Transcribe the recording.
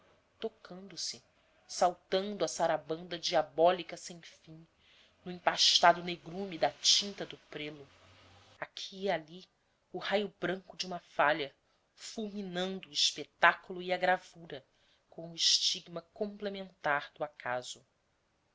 desenho tocando se saltando a sarabanda diabólica sem fim no empastado negrume da tinta do prelo aqui e ali o raio branco de uma falha fulminando o espetáculo e a gravura como o estigma complementar do acaso